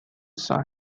saw